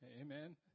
Amen